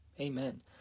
Amen